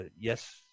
yes